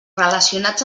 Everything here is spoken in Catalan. relacionats